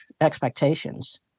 expectations